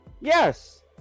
Yes